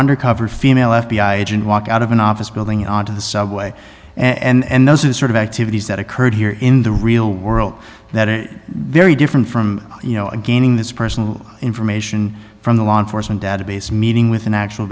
undercover female f b i agent walk out of an office building onto the subway and those are the sort of activities that occurred here in the real world that is very different from you know gaining this personal information from the law enforcement database meeting with an actual